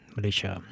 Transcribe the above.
Malaysia